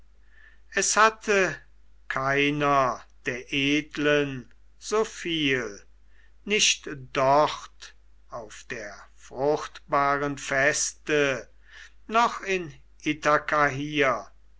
es hatte keiner der edlen so viel nicht dort auf der fruchtbaren feste noch in